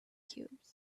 cubes